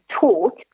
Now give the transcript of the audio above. taught